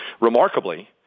Remarkably